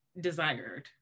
desired